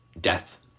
death